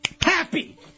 happy